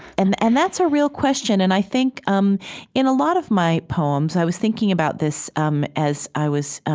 and and that's a real question and i think, um in a lot of my poems, i was thinking about this um as i was